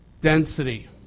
density